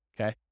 okay